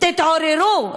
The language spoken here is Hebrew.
תתעוררו.